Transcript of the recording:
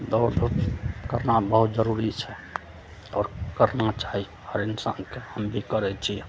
दौड़ धूप करना बहुत जरुरी छै और करना चाही हर इंसान के हम भी करै छी